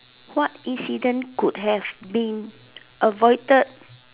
what incident could have been avoided